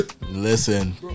Listen